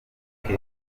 keza